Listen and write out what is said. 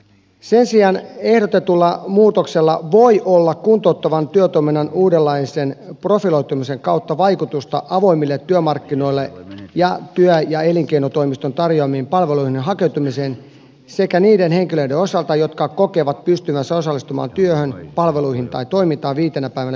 sen sijaan ehdotetulla muutoksella voi olla kuntouttavan työtoiminnan uudenlaisen profiloitumisen kautta vaikutusta avoimille työmarkkinoille ja työ ja elinkeinotoimiston tarjoamiin palveluihin hakeutumiseen niiden henkilöiden osalta jotka kokevat pystyvänsä osallistumaan työhön palveluihin tai toimintaan viitenä päivänä viikossa